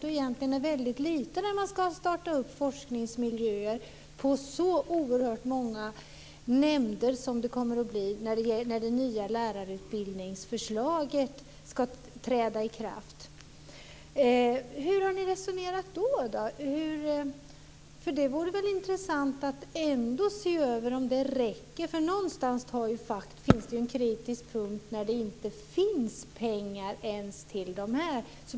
Det är egentligen väldigt lite när man ska starta forskningsmiljöer på så oerhört många nämnder som det kommer att bli när det nya förslaget om lärarutbildningen ska träda i kraft. Hur har ni resonerat där? Det vore väl intressant att se över om det räcker? Någonstans finns det ju en kritisk punkt när det inte finns pengar ens till detta.